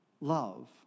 love